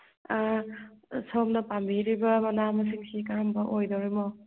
ꯁꯣꯝꯅ ꯄꯥꯝꯕꯤꯔꯤꯕ ꯃꯅꯥ ꯃꯁꯤꯡꯁꯤ ꯀꯔꯝꯕ ꯑꯣꯏꯗꯧꯔꯤꯟꯣ